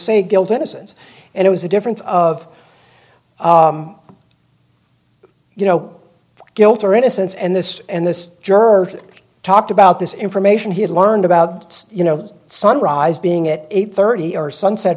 say guilt innocence and it was a difference of you know guilt or innocence and this and this jerk talked about this information he had learned about you know sunrise being at eight thirty or sunset